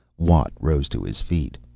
watt rose to his feet.